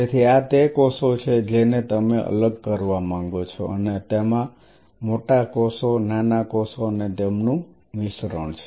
તેથી આ તે કોષો છે જેને તમે અલગ કરવા માંગો છો અને તેમાં મોટા કોષો નાના કોષો અને તેમનું મિશ્રણ છે